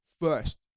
first